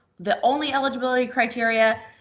the only eligibility criteria